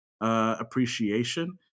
appreciation